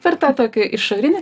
per tą tokį išorinį